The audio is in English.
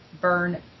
burn